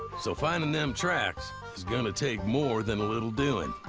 so finding them tracks is gonna take more than a little doing.